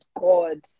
god